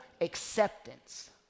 acceptance